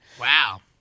Wow